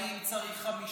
אם צריך חמישית,